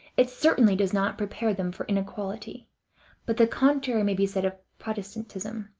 it certainly does not prepare them for inequality but the contrary may be said of protestantism,